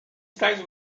slices